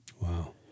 Wow